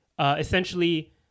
essentially